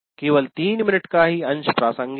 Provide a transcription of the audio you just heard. केवल 3 मिनट का अंश प्रासंगिक है